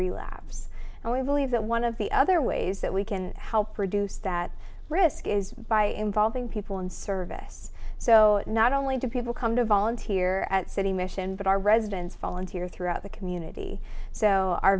relapse and we believe that one of the other ways that we can help reduce that risk is by involving people in service so not only do people come to volunteer at city mission but our residents volunteer throughout the community so